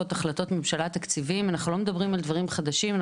כמו החלטות ממשלה ותקציבים אנחנו לא מדברים על דברים חדשים,